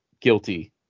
guilty